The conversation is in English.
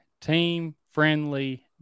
team-friendly